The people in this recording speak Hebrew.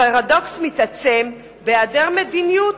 הפרדוקס מתעצם בהיעדר מדיניות.